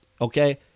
Okay